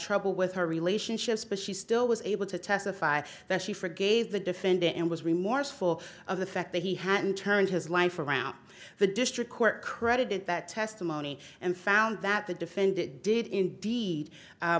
trouble with her relationships but she still was able to testify that she forgave the defendant and was remorseful of the fact that he hadn't turned his life around the district court credited that testimony and found that the defendant did indeed